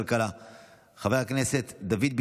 חברי הכנסת, שבעה בעד,